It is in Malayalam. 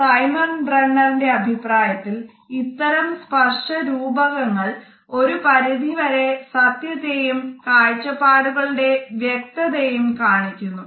സൈമൺ ബ്രണ്ണറിന്റെ അഭിപ്രായത്തിൽ ഇത്തരം സ്പർശ രൂപകങ്ങൾ ഒരു പരിധി വരെ സത്യത്തെയും കാഴ്ചപ്പാടുകളുടെ വ്യക്തതയും കാണിക്കുന്നു